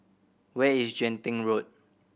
where is Genting Road